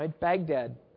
Baghdad